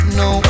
no